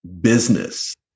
business